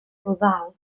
rodal